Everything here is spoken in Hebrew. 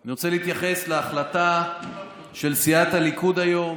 אני רוצה להתייחס להחלטה של סיעת הליכוד היום,